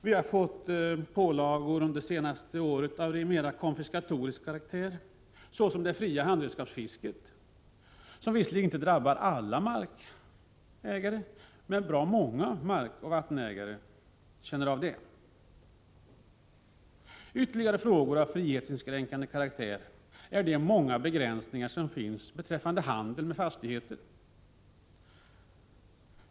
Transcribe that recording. Under det senaste året har vi fått andra pålagor av konfiskatorisk karaktär, såsom det fria handredskapsfisket, som visserligen inte drabbar alla, men bra många markoch vattenägare. Ytterligare pålagor av frihetsinskränkande karaktär är de många begränsningar som finns beträffande handeln med fastigheter.